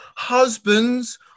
Husbands